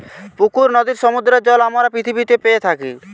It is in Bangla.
পুকুর, নদীর, সমুদ্রের জল আমরা পৃথিবীতে পেয়ে থাকি